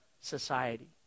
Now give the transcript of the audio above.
society